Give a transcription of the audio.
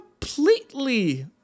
completely